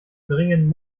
dringend